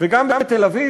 וגם בתל-אביב,